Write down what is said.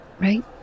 Right